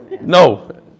No